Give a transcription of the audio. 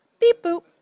Beep-boop